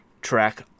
track